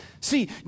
See